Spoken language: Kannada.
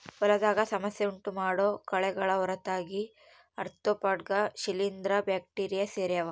ಹೊಲದಾಗ ಸಮಸ್ಯೆ ಉಂಟುಮಾಡೋ ಕಳೆಗಳ ಹೊರತಾಗಿ ಆರ್ತ್ರೋಪಾಡ್ಗ ಶಿಲೀಂಧ್ರ ಬ್ಯಾಕ್ಟೀರಿ ಸೇರ್ಯಾವ